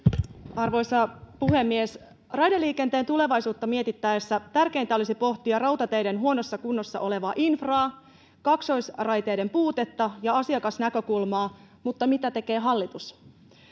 arvoisa puhemies raideliikenteen tulevaisuutta mietittäessä tärkeintä olisi pohtia rautateiden huonossa kunnossa olevaa infraa kaksoisraiteiden puutetta ja asiakasnäkökulmaa mutta mitä tekee hallitus